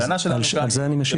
על זה אני משיב.